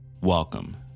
Welcome